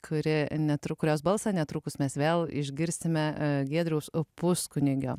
kuri netru kurios balsą netrukus mes vėl išgirsime giedriaus puskunigio